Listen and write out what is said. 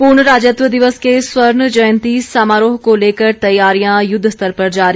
पूर्ण राज्यत्व दिवस के स्वर्ण जयंती समारोह को लेकर तैयारियां युद्ध स्तर पर जारी